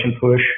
push